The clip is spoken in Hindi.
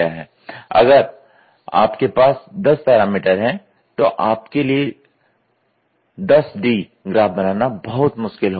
अब अगर आपके पास 10 पैरामिटर हैं तो आपके लिए 10D ग्राफ बनाना बहुत मुश्किल होगा